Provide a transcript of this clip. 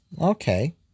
Okay